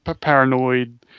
paranoid